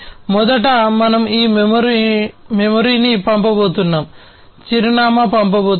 మొదట మనం ఈ మెమరీని పంపబోతున్నాం చిరునామా పంపబోతున్నాం